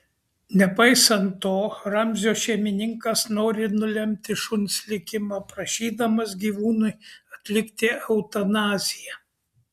nepaisant to ramzio šeimininkas nori nulemti šuns likimą prašydamas gyvūnui atlikti eutanaziją